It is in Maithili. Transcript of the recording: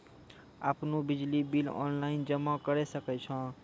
आपनौ बिजली बिल ऑनलाइन जमा करै सकै छौ?